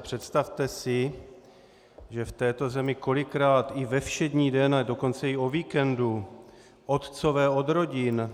Představte si, že v této zemi kolikrát i ve všední den, a dokonce i o víkendu, otcové od rodin,